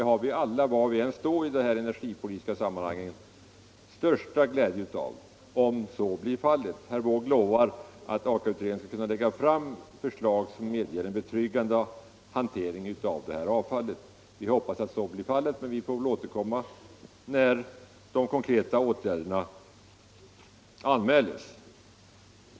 Vi har alla, var vi än står i det energipolitiska sammanhanget, det största intresse av att så blir fallet. Herr Wååg lovade att Aka-utredningen skall kunna lägga fram förslag som medger en betryggande hantering av avfallet. Jag hoppas som sagt att det kommer att lyckas, men vi får väl återkomma med bedömningen när de konkreta åtgärderna anmäls.